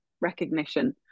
recognition